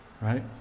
Right